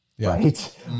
right